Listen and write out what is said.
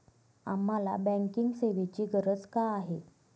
आम्हाला बँकिंग सेवेची गरज का आहे?